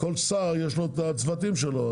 לכל שר יש את הצוותים שלו,